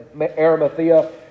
Arimathea